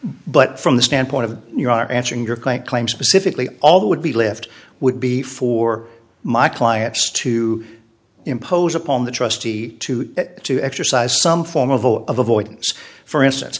but from the standpoint of you are answering your client claims specifically all that would be left would be for my clients to impose upon the trustee to to exercise some form of or avoidance for instance